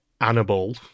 Annabelle